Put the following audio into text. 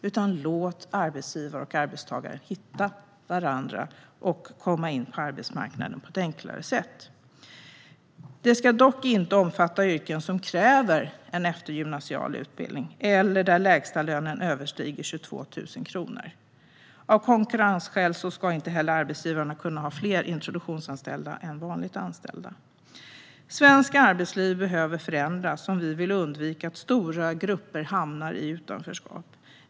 Låt bara arbetsgivare och arbetstagare hitta varandra, och gör det enklare att komma in på arbetsmarknaden! Introduktionsanställningen ska dock inte omfatta yrken som kräver eftergymnasial utbildning eller där lägstalönen överstiger 22 000 kronor. Av konkurrensskäl ska arbetsgivarna inte heller kunna ha fler introduktionsanställda än vanligt anställda. Svenskt arbetsliv behöver förändras om vi vill undvika att stora grupper hamnar i utanförskap.